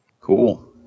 Cool